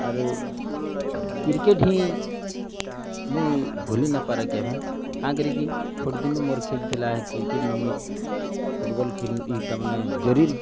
ଆରୁ କ୍ରିକେଟ୍ ହିଁ ମୁଇଁ ଭୁଲି ନାଇପାରେ କେଭେଁ କାଏଁ କରିକି ଛୋଟ୍ ଦିନୁ ମୋର୍ଖେଲ୍ଥିଲା କ୍ରିକେଟ୍ ନୁ ମୁଇଁ ଫୁଟ୍ବଲ୍ ଇ ତାମାନେ ଜରୀର୍